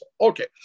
okay